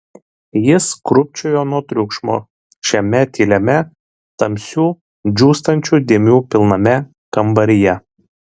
jis krūpčiojo nuo triukšmo šiame tyliame tamsių džiūstančių dėmių pilname kambaryje